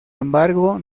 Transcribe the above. embargo